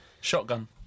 Shotgun